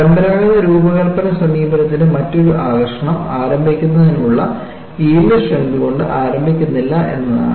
പരമ്പരാഗത രൂപകൽപ്പന സമീപനത്തിന്റെ മറ്റൊരു പ്രധാന ആകർഷണം ആരംഭിക്കുന്നതിനുള്ള യീൽഡ് സ്ട്രെങ്ത് കൊണ്ട് ആരംഭിക്കുന്നില്ല എന്നതാണ്